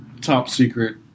top-secret